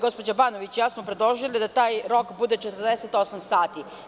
Gospođa Banović i ja smo predložili da taj rok bude 48 sati.